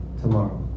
tomorrow